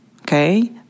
okay